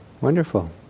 Wonderful